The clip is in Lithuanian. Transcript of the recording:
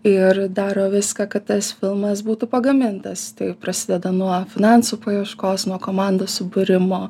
ir daro viską kad tas filmas būtų pagamintas tai prasideda nuo finansų paieškos nuo komandos subūrimo